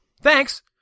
thanks